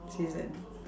season